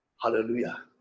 Hallelujah